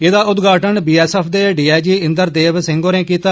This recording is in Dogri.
एहदा उद्घाटन बीएसएफ दे डीआईजी इन्द्रदेव सिंह होरे कीता